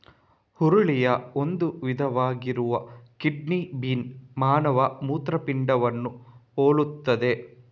ಹುರುಳಿಯ ಒಂದು ವಿಧವಾಗಿರುವ kidney bean ಮಾನವ ಮೂತ್ರಪಿಂಡವನ್ನು ಹೋಲುತ್ತದೆ